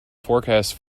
forecast